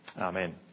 Amen